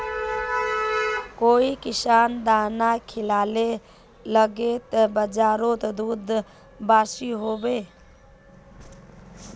काई किसम दाना खिलाले लगते बजारोत दूध बासी होवे?